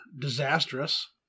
disastrous